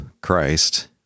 Christ